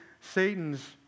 Satan's